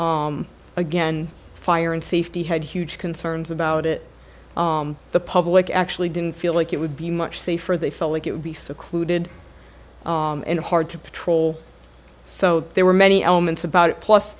again fire and safety had huge concerns about it the public actually didn't feel like it would be much safer they felt like it would be secluded and hard to patrol so there were many elements about it plus